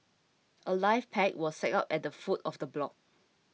a life pack was set up at the foot of the block